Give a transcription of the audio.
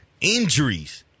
Injuries